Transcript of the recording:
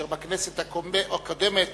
אשר בכנסת הקודמת,